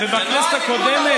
זה לא הליכוד, אדוני.